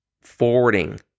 forwarding